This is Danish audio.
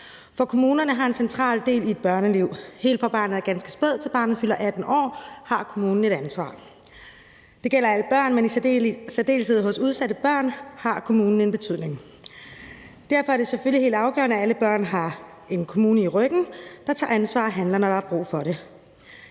For kommunerne er en central del i et børneliv. Helt fra barnet er ganske spæd, til barnet fylder 18 år, har kommunen et ansvar. Det gælder alle børn, men i særdeleshed for udsatte børn har kommunen en betydning. Derfor er det selvfølgelig helt afgørende, at alle børn har en kommune i ryggen, der tager ansvar og handler, når der er brug for det.